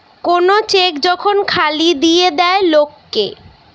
কোন চেক যখন খালি দিয়ে দেয় লোক কে